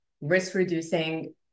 risk-reducing